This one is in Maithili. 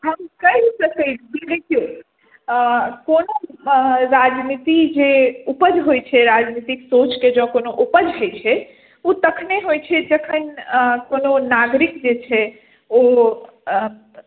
हम कहि सकैत छी देखिऔ कोनो राजनीति जे उपज होइत छै राजनीतिक सोचके जँ कोनो उपज होइत छै ओ तखने होइत छै जखन कोनो नागरिक जे छै ओ